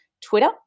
Twitter